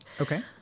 Okay